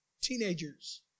teenagers